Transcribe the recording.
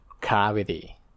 gravity